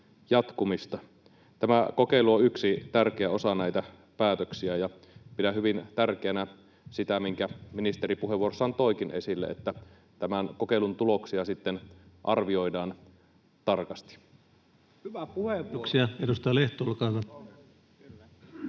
Tämä kokeilu on yksi tärkeä osa näitä päätöksiä, ja pidän hyvin tärkeänä sitä, minkä ministeri puheenvuorossaan toikin esille, että tämän kokeilun tuloksia sitten arvioidaan tarkasti. Kiitoksia.